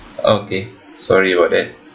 okay sorry about that